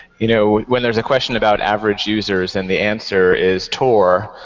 you know when there's a question about average users and the answer is tor,